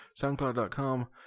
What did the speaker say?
Soundcloud.com